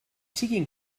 siguin